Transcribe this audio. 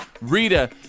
Rita